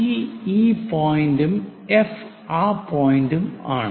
C ഈ പോയിന്റും F ആ പോയിന്റുമാണ്